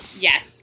Yes